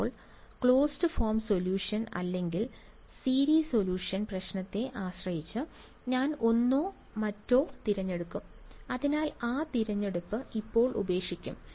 ഇപ്പോൾ closed form solution അല്ലെങ്കിൽ series solution പ്രശ്നത്തെ ആശ്രയിച്ച് ഞാൻ ഒന്നോ മറ്റോ തിരഞ്ഞെടുക്കും അതിനാൽ ആ തിരഞ്ഞെടുപ്പ് ഇപ്പോൾ ഉപേക്ഷിക്കും